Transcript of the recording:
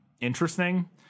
interesting